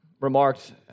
remarked